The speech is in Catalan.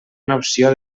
noció